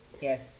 yes